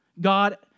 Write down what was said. God